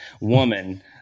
woman